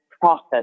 process